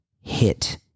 hit